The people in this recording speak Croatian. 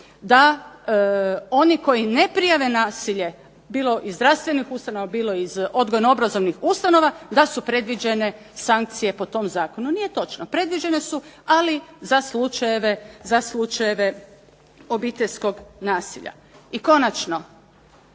da oni koji ne prijave nasilje, bilo iz zdravstvenih ustanova, bilo iz odgojno obrazovnih ustanova da su predviđene sankcije po tom Zakonu. Nije točno, predviđene su ali za slučajeve obiteljskog nasilja. I konačno